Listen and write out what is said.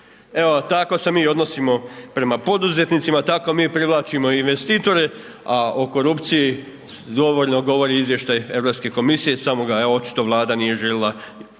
Evo tako se mi odnosimo prema poduzetnicima, tako mi privlačimo investitore a o korupciji dovoljno govori izvještaj Europske komisije samo ga je očito Vlada nije željela javnosti